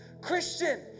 Christian